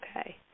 Okay